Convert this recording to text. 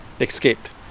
escaped